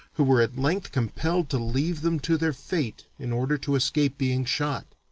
who were at length compelled to leave them to their fate in order to escape being shot.